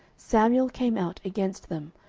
samuel came out against them,